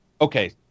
okay